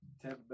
ten